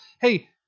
Hey